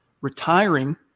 retiring